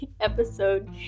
episode